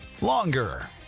longer